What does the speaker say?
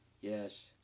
Yes